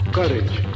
courage